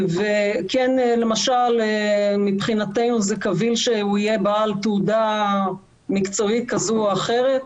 וכן למשל מבחינתנו זה קביל שהוא יהיה בעל תעודה מקצועית כזו או אחרת.